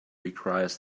requires